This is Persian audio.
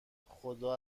خدا